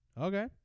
Okay